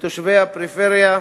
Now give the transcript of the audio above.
לתושבי הפריפריה,